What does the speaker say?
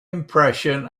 impression